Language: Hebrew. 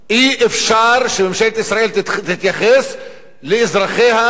אי-אפשר שממשלת ישראל תתייחס לאזרחיה,